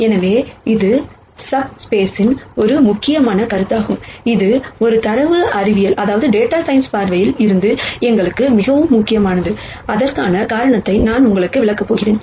எனவே இது சப்ஸ்பெசிஸ்ன் ஒரு முக்கியமான கருத்தாகும் இது ஒரு டேட்டா சயின்ஸ் பார்வையில் இருந்து எங்களுக்கு மிகவும் முக்கியமானது அதற்கான காரணத்தை நான் உங்களுக்கு விளக்கப் போகிறேன்